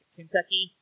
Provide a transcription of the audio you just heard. Kentucky